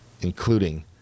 including